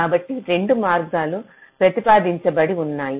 కాబట్టి 2 మార్గాలు ప్రతిపాదించబడి ఉన్నాయి